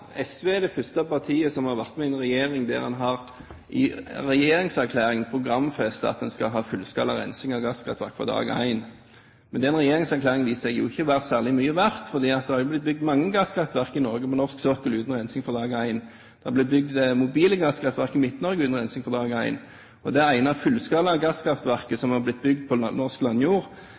SV er det første partiet som har vært med i en regjering der man i regjeringserklæringen har programfestet at man skal ha fullskalarensing av gasskraftverk fra dag én. Men den regjeringserklæringen viser seg ikke å være særlig mye verdt, for det har jo blitt bygd mange gasskraftverk i Norge, på norsk sokkel, uten rensing fra dag én. Det har blitt bygd mobile gasskraftverk i Midt-Norge uten rensing fra dag én. Og det ene fullskala gasskraftverket som har blitt bygd på norsk